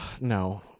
No